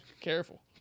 Careful